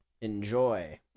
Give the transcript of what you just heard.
enjoy